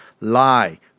lie